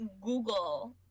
Google